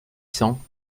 cents